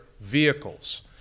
Vehicles